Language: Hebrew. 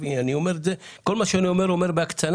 2,500 שקל